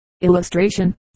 Illustration